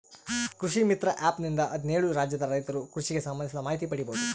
ಕೃಷಿ ಮಿತ್ರ ಆ್ಯಪ್ ನಿಂದ ಹದ್ನೇಳು ರಾಜ್ಯದ ರೈತರು ಕೃಷಿಗೆ ಸಂಭಂದಿಸಿದ ಮಾಹಿತಿ ಪಡೀಬೋದು